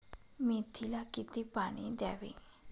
मेथीला किती पाणी द्यावे?